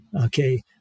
Okay